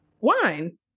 Wine